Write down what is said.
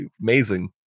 amazing